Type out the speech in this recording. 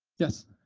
yes?